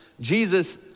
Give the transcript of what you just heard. Jesus